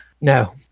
No